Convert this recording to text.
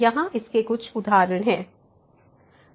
यहां इसके कुछ उदाहरण हैं